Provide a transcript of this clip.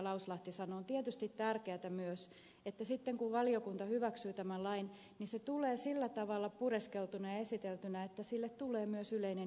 lauslahti sanoi on tietysti tärkeätä myös että sitten kun valiokunta hyväksyy tämän lain se tulee sillä tavalla pureskeltuna ja esiteltynä että sille tulee myös yleinen hyväksyntä